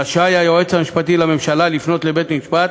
רשאי היועץ המשפטי לממשלה לפנות אל בית-המשפט